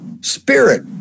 spirit